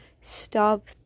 Stop